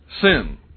sin